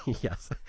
Yes